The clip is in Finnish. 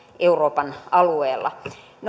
euroopan alueella